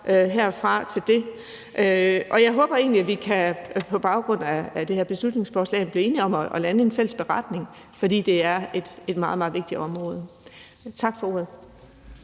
herfra for det. Jeg håber egentlig, at vi på baggrund af det her beslutningsforslag kan blive enige om at lande en fælles beretning, fordi det er et meget, meget vigtigt område. Tak for ordet.